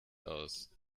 aus